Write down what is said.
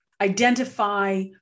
identify